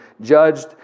judged